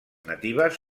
natives